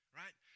right